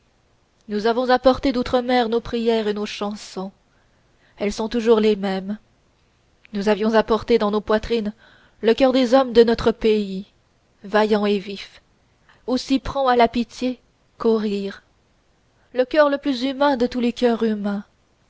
nous avions apporté d'outre-mer nos prières et nos chansons elles sont toujours les mêmes nous avions apporté dans nos poitrines le coeur des hommes de notre pays vaillant et vif aussi prompt à la pitié qu'au rire le coeur le plus humain de tous les coeurs humains